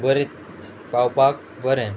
बरी पावपाक बरें